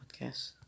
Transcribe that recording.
podcast